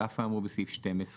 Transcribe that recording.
על אף האמור בסעיף 12,